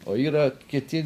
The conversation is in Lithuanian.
o yra kiti